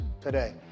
today